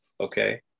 okay